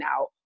out